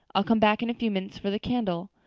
i'll come back in a few minutes for the candle.